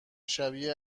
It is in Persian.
شبیه